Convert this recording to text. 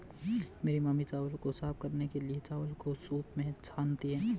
मेरी मामी चावल को साफ करने के लिए, चावल को सूंप में छानती हैं